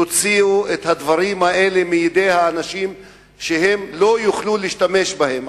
תוציאו את הדברים האלה מידי האנשים כדי שלא יוכלו להשתמש בהם.